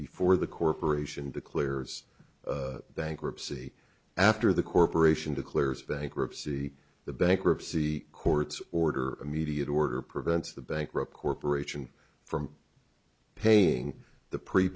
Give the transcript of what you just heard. before the corporation declares bankruptcy after the corporation declares bankruptcy the bankruptcy courts order immediate order prevents the bankrupt corporation from paying the pre